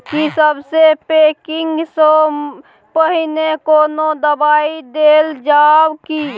की सबसे के पैकिंग स पहिने कोनो दबाई देल जाव की?